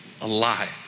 alive